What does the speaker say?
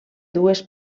dues